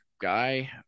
guy